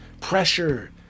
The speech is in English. pressure